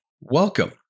Welcome